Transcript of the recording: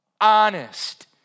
honest